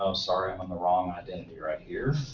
um sorry. i'm on the wrong identity right here.